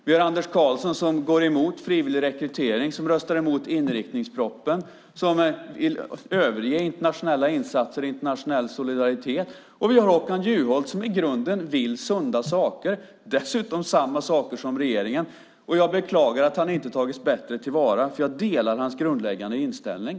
Vi har Anders Karlsson, som går emot frivillig rekrytering och röstar emot inriktningspropositionen, övriga internationella insatser och internationell solidaritet. Och vi har Håkan Juholt, som i grunden vill sunda saker, dessutom samma saker som regeringen. Jag beklagar att han inte tagits bättre till vara, för jag delar hans grundläggande inställning.